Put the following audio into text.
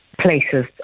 places